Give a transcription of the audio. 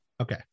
Okay